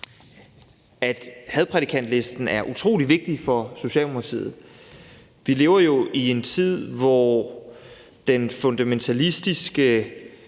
at hadprædikantlisten er utrolig vigtig for Socialdemokratiet. Vi lever jo i en tid, hvor den fundamentalistiske